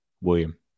William